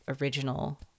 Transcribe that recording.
original